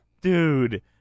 dude